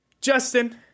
Justin